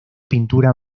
pintura